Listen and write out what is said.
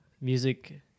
music